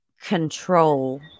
control